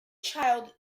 child